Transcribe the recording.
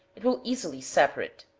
it will easily separate.